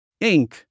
Inc